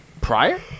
Prior